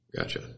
Gotcha